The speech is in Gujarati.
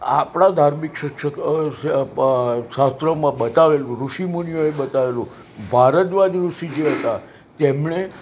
આપણાં ધાર્મિક શાસ્ત્રોમાં બતાવેલું ઋષિમુનિઓએ બતાવેલું ભારતમાં જ ઋષિ જે હતા તેમણે